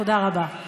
תודה רבה.